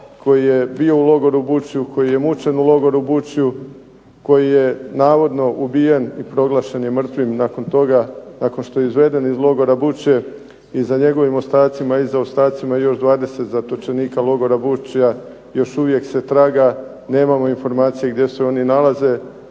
koji je bio u logoru "Vučju", koji je mučen u logoru "Vučju", koji je navodno ubijen i proglašen je mrtvim nakon toga, nakon što je izveden iz logora "Vučje". I za njegovim ostacima i za ostacima još 20 zatočenika logora "Vučja" još uvijek se traga. Nemamo informacije gdje se oni nalaze,